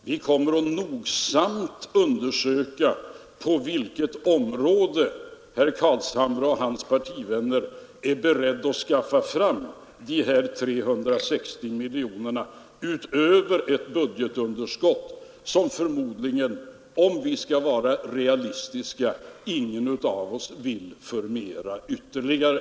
Vi kommer att nogsamt undersöka på vilket område herr Carlshamre och hans partivänner är beredda att skaffa fram dessa 360 miljoner kronor utöver ett budgetunderskott som förmodligen — om vi skall vara realistiska — ingen av oss vill förmera ytterligare.